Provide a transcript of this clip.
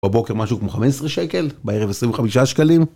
בבוקר משהו כמו 15 שקל, בערב 25 שקלים.